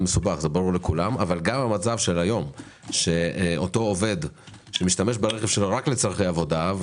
אבל גם המצב של היום שאותו עובד שמשתמש ברכב שלו רק לצורכי עבודה,